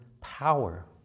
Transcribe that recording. power